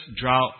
drought